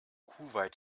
kuwait